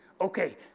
Okay